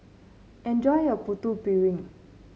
enjoy your Putu Piring